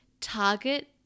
target